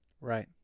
right